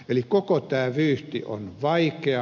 eli koko tämä vyyhti on vaikea